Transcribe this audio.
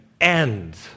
end